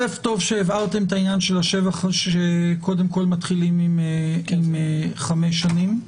טוב שהבהרתם את העניין שקודם כול מתחילים עם חמש שנים.